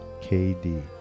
KD